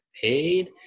paid